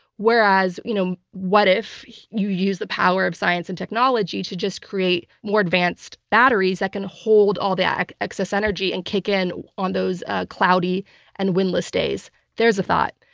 whereas, you know, what if you used the power of science and technology to just create more advanced batteries that can hold all that excess energy and kick in on those cloudy and windless days there's a thought!